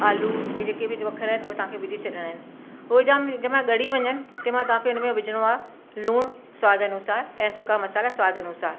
आलू जा जेके बि वखर आहिनि उहे तव्हां खे विझी छॾिणा आहिनि उहे जाम जंहिं महिल ॻड़ी वञनि तंहिं महिल तव्हां खे उन में विझणो आहे लूणु स्वाद अनुसार ऐं सुका मसाल्हा स्वाद अनुसार